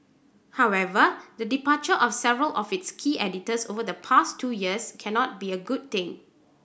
however the departure of several of its key editors over the past two years cannot be a good thing